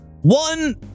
One